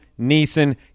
Neeson